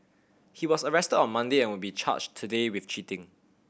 he was arrested on Monday and will be charged today with cheating